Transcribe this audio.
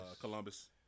Columbus